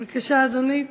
בבקשה, אדוני.